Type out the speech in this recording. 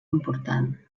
important